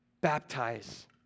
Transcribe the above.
Baptize